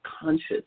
conscious